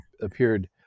appeared